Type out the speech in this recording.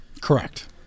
Correct